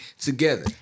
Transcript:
together